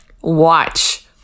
watch